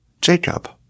Jacob